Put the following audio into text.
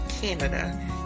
Canada